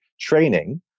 training